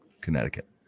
Connecticut